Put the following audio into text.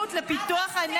מה לעשות?